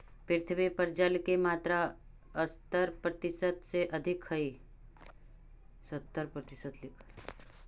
पृथ्वी पर जल के मात्रा सत्तर प्रतिशत से अधिक हई